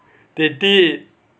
they did